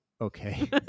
Okay